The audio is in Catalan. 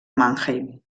mannheim